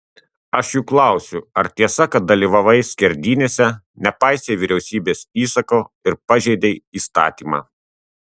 aš juk klausiu ar tiesa kad dalyvavai skerdynėse nepaisei vyriausybės įsako ir pažeidei įstatymą